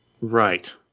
Right